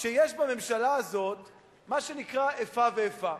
שיש בממשלה הזאת מה שנקרא "איפה ואיפה".